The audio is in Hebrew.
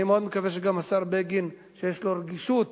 אני מאוד מקווה שהשר בגין, שיש לו רגישות